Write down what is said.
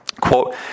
quote